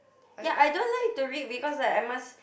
ya I don't like to read because I I must